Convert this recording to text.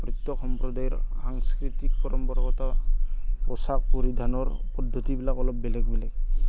প্ৰত্যেক সম্প্ৰদায়ৰ সাংস্কৃতিক পৰম্পৰাগতা পোচাক পৰিধানৰ পদ্ধতিবিলাক অলপ বেলেগ বেলেগ